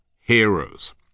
heroes